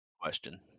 question